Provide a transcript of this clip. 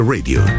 Radio